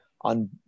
on